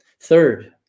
Third